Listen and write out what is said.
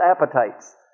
appetites